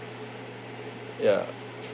ya